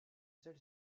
seule